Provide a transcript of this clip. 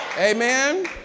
Amen